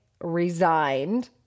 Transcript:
resigned